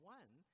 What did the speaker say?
one